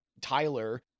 Tyler